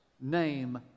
name